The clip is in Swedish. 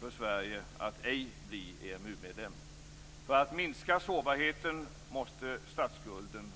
för Sverige att ej bli EMU-medlem. För att minska sårbarheten måste vi reducera statsskulden.